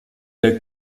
der